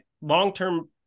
long-term